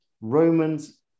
Romans